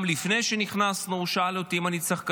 גם לפני שנכנסנו הוא שאל אותי אם אני צריך כדור.